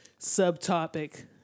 subtopic